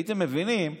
הייתם מבינים שכרגע,